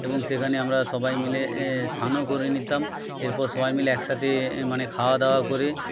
এবং সেখানে আমরা সবাই মিলে স্নানও করে নিতাম এরপর সবাই মিলে একসাথে মানে খাওয়া দাওয়া করে